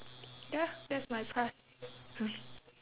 ya that's my past